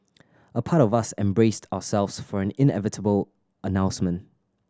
a part of us and braced ourselves for an inevitable announcement